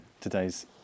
today's